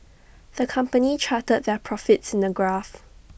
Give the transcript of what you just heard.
the company charted their profits in A graph